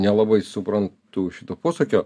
nelabai suprantu šito posakio